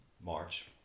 March